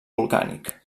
volcànic